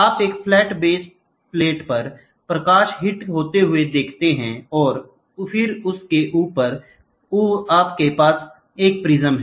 आप एक flat base plate पर प्रकाश हिट होते हुए देखते हैं और फिर उसके ऊपर आपके पास एक प्रिज्म है